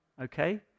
Okay